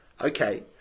Okay